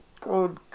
Good